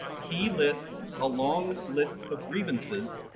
he lists a long list of grievances,